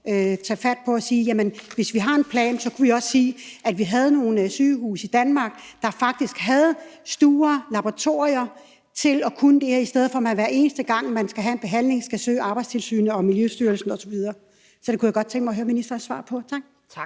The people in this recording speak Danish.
til at sige: Jamen hvis vi havde en plan, kunne vi også sige, at der var nogle sygehuse i Danmark, der faktisk havde stuer og laboratorier til at kunne gøre det her, i stedet for at man hver eneste gang, man skal have en behandling, skal søge hos Arbejdstilsynet og Miljøstyrelsen osv. Så det kunne jeg godt tænke mig at høre ministerens svar på. Tak.